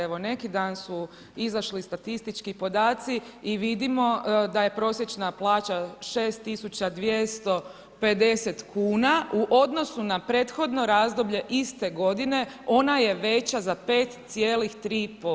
Evo neki dan su izašli statistički podaci i vidimo da je prosječna plaća 6 tisuća 250 kuna u odnosu na prethodno razdoblje iste godine, ona je veća za 5,3%